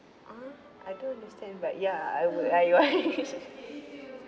!huh! I don't understand but ya I will I you